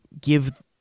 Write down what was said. give